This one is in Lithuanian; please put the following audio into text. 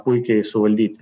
puikiai suvaldyti